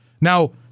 Now